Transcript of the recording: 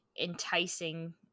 enticing